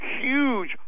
huge